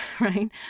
right